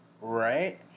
right